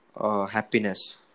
happiness